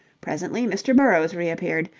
presently mr. burrowes reappeared,